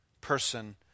person